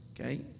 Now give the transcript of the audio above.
Okay